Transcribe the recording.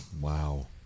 Wow